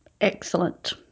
Excellent